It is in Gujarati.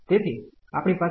તેથી આપણી પાસે પછી છે